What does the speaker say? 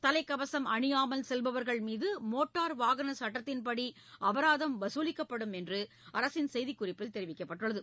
தலைக்கவசம் அணியாமல் செல்பவர்கள் மீது மோட்டார் வாகன சட்டத்தின் படி அபராதம் வசூலிக்கப்படும் என்று அரசின் செய்திக்குறிப்பில் தெரிவிக்கப்பட்டுள்ளது